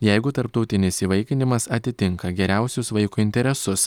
jeigu tarptautinis įvaikinimas atitinka geriausius vaiko interesus